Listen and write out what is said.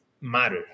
matter